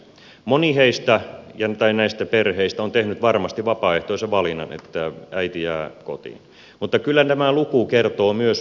moni näistä perheistä on tehnyt varmasti vapaaehtoisen valinnan että äiti jää kotiin mutta kyllä tämä luku kertoo myös muusta